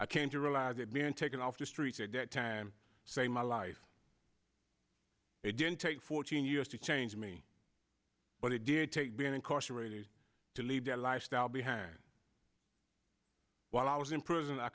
i came to realize they've been taken off the streets at that time say my life they didn't take fourteen years to change me but it did take being incarcerated to leave that lifestyle behind while i was in prison i